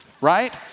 right